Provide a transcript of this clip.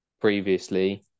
previously